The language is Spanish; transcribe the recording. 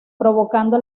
provocando